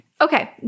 Okay